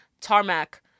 tarmac